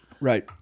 Right